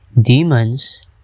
demons